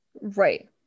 Right